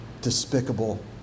despicable